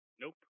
Nope